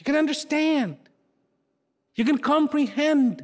you can understand you can comprehend